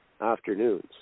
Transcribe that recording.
afternoons